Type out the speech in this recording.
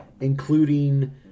including